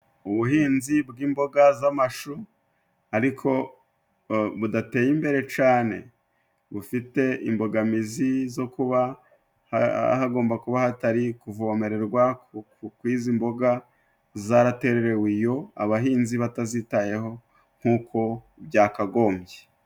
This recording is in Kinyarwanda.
Ubuhinzi bw'imboga z'amashu ariko budateye imbere cane. Bufite imbogamizi zo kuba hagomba kuba hatari kuvomererwa kw'izi mboga zaraterewe iyo, abahinzi batazitayeho nk'uko byakagombye.